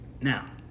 Now